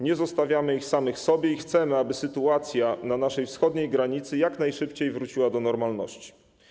Nie zostawiamy ich samych sobie i chcemy, aby sytuacja na naszej wschodniej granicy jak najszybciej wróciła do normalności.